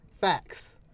Facts